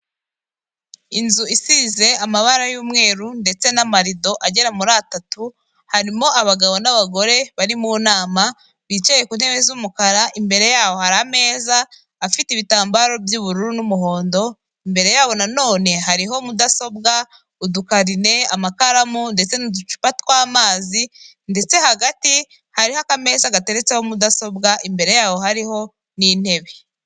Inzu isize amabara y'umweru ndetse n'amarido agera muri atatu, harimo abagabo n'abagore bari mu nama bicaye ku ntebe z'umukara imbere yaho hari ameza afite ibitambaro by'ubururu n'umuhondo, imbere ya nano hariho mudasobwa, udukarine, amakaramu, ndetse n'uducupa tw'amazi, ndetse hagati hariho akameza gateretseho mudasobwa, imbere yaho hariho n'intebe.